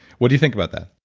what do you think about that?